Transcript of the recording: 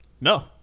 No